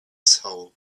soul